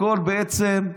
הכול בעצם,